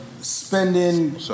spending